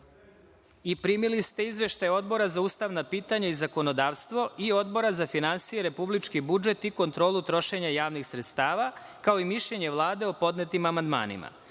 i primili ste izveštaje Odbora za ustavna pitanja i zakonodavstvo i Odbora za finansije, republički budžet i kontrolu trošenja javnih sredstava, kao i mišljenje Vlade o podnetim amandmanima. Pošto